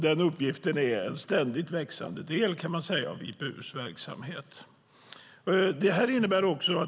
Den uppgiften är en ständigt växande del av IPU:s verksamhet.